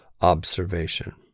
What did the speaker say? observation